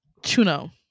Chuno